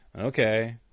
okay